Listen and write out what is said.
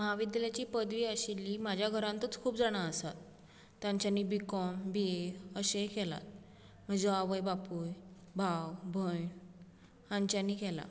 महाविद्यालयाची पदवी आशिल्ली म्हज्या घरांतूच खूब जाणां आसात तांच्यानी बीकाॅम बीए अशेंय केलां म्हजो आवय बापूय भाव भयण हांच्यानी केलां